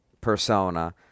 persona